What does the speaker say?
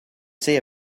say